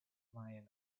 mayan